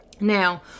Now